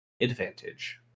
advantage